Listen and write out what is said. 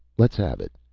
let's have it.